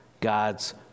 God's